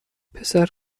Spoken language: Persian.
پسر